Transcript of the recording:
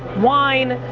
wine,